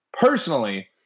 personally